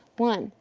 one,